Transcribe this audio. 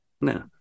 no